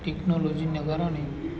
ટેક્નોલોજીને કારણે